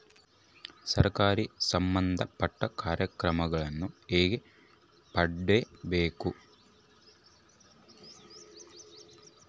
ಸರಕಾರಿ ಸಂಬಂಧಪಟ್ಟ ಕಾರ್ಯಕ್ರಮಗಳನ್ನು ಹೆಂಗ ಪಡ್ಕೊಬೇಕು?